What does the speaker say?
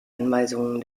anweisungen